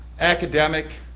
academic,